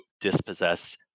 dispossess